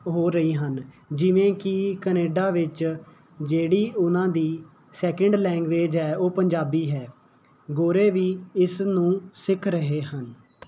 ਹੋ ਰਹੀ ਹਨ ਜਿਵੇਂ ਕਿ ਕਨੇਡਾ ਵਿੱਚ ਜਿਹੜੀ ਉਨ੍ਹਾਂ ਦੀ ਸੈਕਿੰਡ ਲੈਂਗੁਏਜ਼ ਹੈ ਉਹ ਪੰਜਾਬੀ ਹੈ ਗੋਰੇ ਵੀ ਇਸ ਨੂੰ ਸਿੱਖ ਰਹੇ ਹਨ